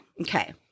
Okay